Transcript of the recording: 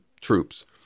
troops